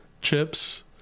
chips